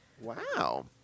Wow